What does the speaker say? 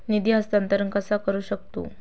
निधी हस्तांतर कसा करू शकतू?